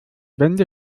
wände